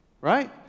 right